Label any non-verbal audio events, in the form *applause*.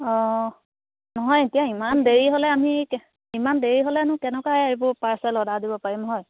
অঁ নহয় এতিয়া ইমান দেৰি হ'লে আমি *unintelligible* ইমান দেৰি হ'লেনো কেনেকুৱাই এইবোৰ পাৰ্চেল অৰ্ডাৰ দিব পাৰিম হয়